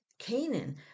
Canaan